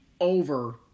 over